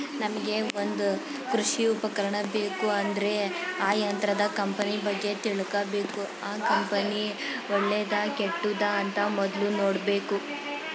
ನಮ್ಗೆ ಒಂದ್ ಕೃಷಿ ಉಪಕರಣ ಬೇಕು ಅಂದ್ರೆ ಆ ಯಂತ್ರದ ಕಂಪನಿ ಬಗ್ಗೆ ತಿಳ್ಕಬೇಕು ಆ ಕಂಪನಿ ಒಳ್ಳೆದಾ ಕೆಟ್ಟುದ ಅಂತ ಮೊದ್ಲು ನೋಡ್ಬೇಕು